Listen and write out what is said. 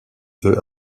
veut